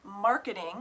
marketing